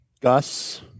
Gus